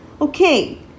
Okay